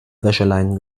wäscheleinen